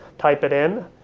type it in,